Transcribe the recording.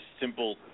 simple